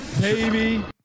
baby